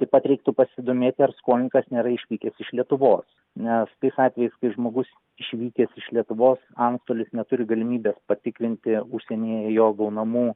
taip pat reiktų pasidomėti ar skolininkas nėra išvykęs iš lietuvos nes tais atvejais kai žmogus išvykęs iš lietuvos antstolis neturi galimybės patikrinti užsienyje jo gaunamų